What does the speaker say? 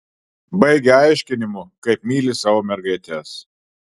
baigia aiškinimu kaip myli savo mergaites